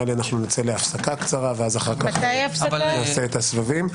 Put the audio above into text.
נראה לי שנצא להפסקה קצרה ולאחר מכן נעשה את הסבבים.